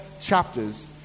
chapters